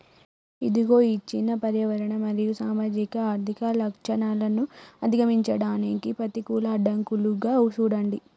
ఇదిగో ఇచ్చిన పర్యావరణ మరియు సామాజిక ఆర్థిక లచ్చణాలను అధిగమించడానికి పెతికూల అడ్డంకులుగా సూడండి